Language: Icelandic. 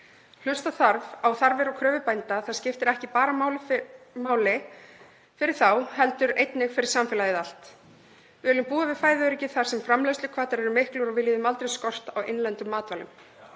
Hlusta þarf á þarfir og kröfur bænda. Það skiptir ekki bara máli fyrir þá heldur einnig fyrir samfélagið allt. Við viljum búa við fæðuöryggi þar sem framleiðsluhvatar eru miklir og við líðum aldrei skort á innlendum matvælum.